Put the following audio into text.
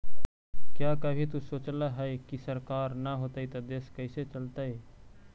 क्या कभी तु सोचला है, की सरकार ना होतई ता देश कैसे चलतइ